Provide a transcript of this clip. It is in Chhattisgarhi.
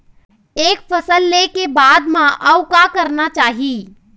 एक फसल ले के बाद म अउ का करना चाही?